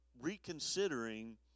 reconsidering